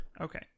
Okay